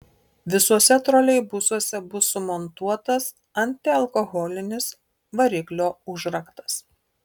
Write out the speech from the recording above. visuose troleibusuose bus sumontuotas antialkoholinis variklio užraktas